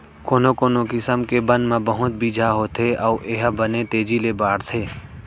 कोनो कोनो किसम के बन म बहुत बीजा होथे अउ ए ह बने तेजी ले बाढ़थे